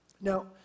Now